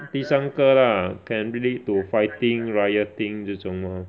第三个 lah can relate to fighting rioting 这种 mah